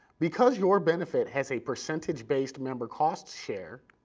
because your benefit has a percentage-based member cost share,